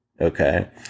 okay